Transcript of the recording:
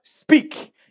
Speak